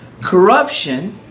corruption